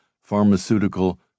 pharmaceutical